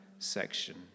section